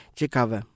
ciekawe